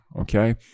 Okay